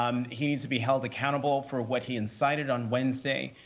um he needs to be held accountable for what he incited on wednesday.